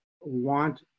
want